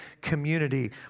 community